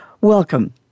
Welcome